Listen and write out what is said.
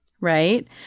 Right